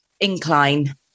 Incline